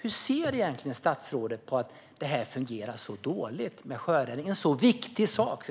Hur ser statsrådet på att en så viktig sak som sjöräddningen fungerar så dåligt?